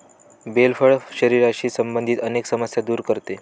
bell फळ शरीराशी संबंधित अनेक समस्या दूर करते